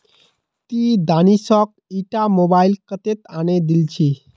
ती दानिशक ईटा मोबाइल कत्तेत आने दिल छि